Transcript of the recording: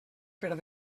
per